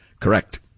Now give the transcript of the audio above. correct